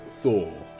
Thor